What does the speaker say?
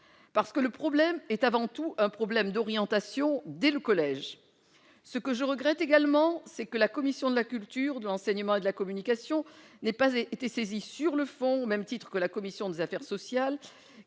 parce que le problème est avant tout un problème d'orientation dès le collège. Ce que je regrette également, c'est que la commission de la culture, de l'éducation et de la communication n'ait pas été saisie au fond, au même titre que la commission des affaires sociales,